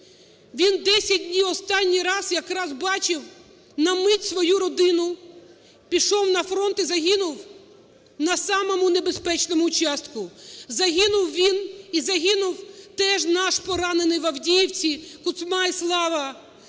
він 10 днів… останній раз якраз бачив на мить свою родини, пішов на фронт і загинув на самому небезпечному участку. Загинув він, і загинув теж наш поранений в Авдіївці Куцмай Слава,